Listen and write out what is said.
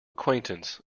acquaintance